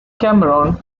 cameron